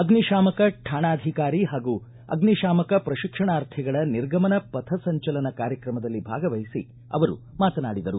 ಅಗ್ನಿ ಶಾಮಕ ಠಾಣಾಧಿಕಾರಿ ಪಾಗೂ ಅಗ್ನಿಶಾಮಕ ಪ್ರಶಿಕ್ಷಣಾರ್ಧಿಗಳ ನಿರ್ಗಮನ ಪಥ ಸಂಚಲನ ಕಾರ್ಯಕ್ರಮದಲ್ಲಿ ಭಾಗವಹಿಸಿ ಮಾತನಾಡಿದರು